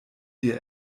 dir